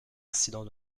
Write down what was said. incident